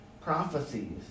prophecies